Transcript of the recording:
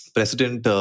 President